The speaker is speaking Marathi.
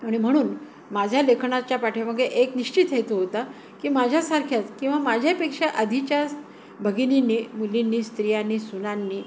आणि म्हणून माझ्या लेखनाच्या पाठीमागे एक निश्चित हेतू होता की माझ्यासारख्याच किंवा माझ्यापेक्षा आधीच्या भगिनींनी मुलींनी स्त्रियांनी सुनांनी